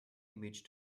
image